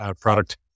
product